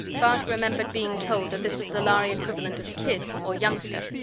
bart remembered being told that this was the lhari equivalent of kid or youngster.